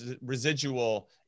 residual